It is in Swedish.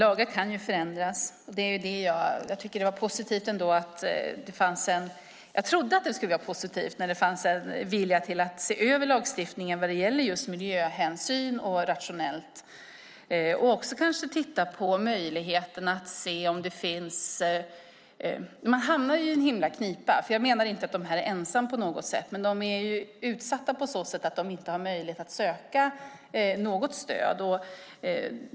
Herr talman! Lagar kan förändras. Jag trodde att det skulle vara positivt när det fanns en vilja att se över lagstiftningen vad gäller just miljöhänsyn och rationalitet. Man hamnar i en himla knipa. Jag menar inte att dessa människor är ensamma på något sätt, men de är utsatta på så sätt att de inte har möjlighet att söka något stöd.